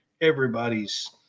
Everybody's –